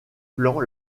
plan